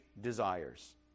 desires